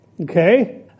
Okay